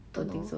no